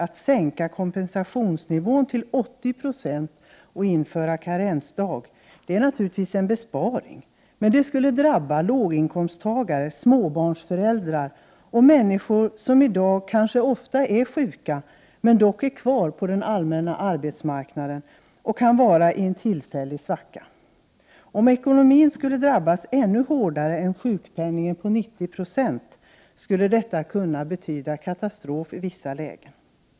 Att sänka kompensationsnivån till 80 96 och införa karensdag, vilket det föreligger förslag om, är naturligtvis en besparing, men det skulle drabba låginkomsttagare, småbarnsföräldrar och människor som i dag kanske ofta är sjuka men är kvar på den allmänna arbetsmarknaden och kan vara i en tillfällig svacka. Om deras ekonomi skulle drabbas ännu hårdare än att de får sjukpenning med 90 96 av lönen, skulle detta kunna betyda katastrof i vissa lägen.